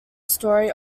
story